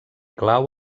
clau